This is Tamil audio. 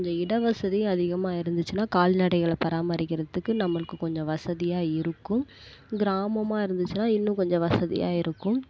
கொஞ்சம் இடவசதி அதிகமாக இருந்துச்சுன்னால் கால்நடைகளை பராமரிக்கிறதுக்கு நம்மளுக்கு கொஞ்சம் வசதியாக இருக்கும் கிராமமாக இருந்துச்சுன்னால் இன்னும் கொஞ்சம் வசதியாக இருக்கும்